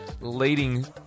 leading